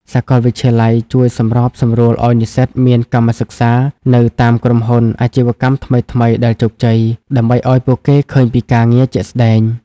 សាកលវិទ្យាល័យជួយសម្របសម្រួលឱ្យនិស្សិតមាន "កម្មសិក្សា" នៅតាមក្រុមហ៊ុន អាជីវកម្មថ្មីៗដែលជោគជ័យ ដើម្បីឱ្យពួកគេឃើញពីការងារជាក់ស្ដែង។